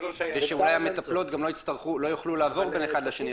ושאולי המטפלות גם לא יוכלו לעבור בין אחד לשני,